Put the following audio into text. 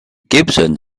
gibson